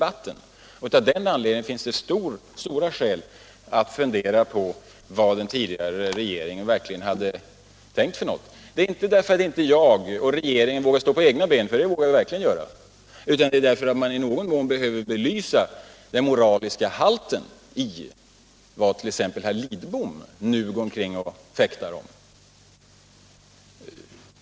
Av den anledningen finns det stora skäl att fundera på vad den tidigare regeringen faktiskt hade tänkt. Det är inte därför att jag och regeringen inte vågar stå på egna ben — för det vågar vi verkligen göra — utan därför att man i någon mån behöver belysa den moraliska halten i vad t.ex. herr Lidbom nu går omkring och fäktar om.